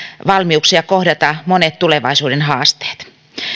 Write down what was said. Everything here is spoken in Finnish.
valmiuksia kohdata monet tulevaisuuden haasteet